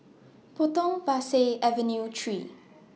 Potong Pasir Avenue three